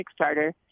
kickstarter